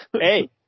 Hey